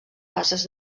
fases